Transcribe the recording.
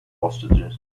hostages